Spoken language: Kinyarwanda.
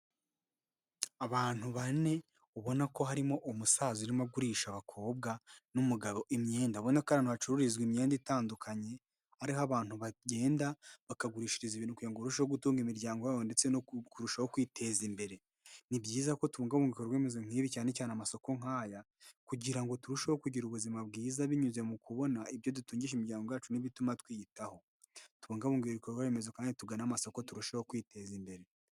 Abantu bane ubona ko harimo umusaza urimo agurisha abakobwa n'umugabo imyenda. Ubone ko ari ahantu hacururizwa imyenda itandukanye. Hariho abantu bagenda bakagurishiriza ibintu ngo barusheho gutunga imiryango yabo ndetse no kurushaho kwiteza imbere. Ni byiza ko tubungabunga ibikorwaremeze nk'ibi cyane cyane amasoko nk'aya kugira ngo turusheho kugira ubuzima bwiza. Binyuze mu kubona ibyo dutungisha imiryango yacu n'ibituma twiyitaho, tubungabunga ibikorwa remezo kandi tugana amasoko, turushaho kwiteza imbere.